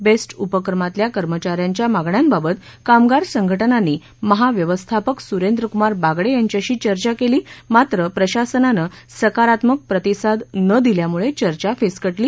best उपक्रमातल्या कर्मचाऱ्यांच्या मागण्यांबाबत कामगार संघटनांनी महाव्यवस्थापक सुरेंद्रक्मार बागडे यांच्याशी चर्चा केली मात्र प्रशासनाने सकारात्मक प्रतिसाद न दिल्यामुळे चर्चा फिस्कटली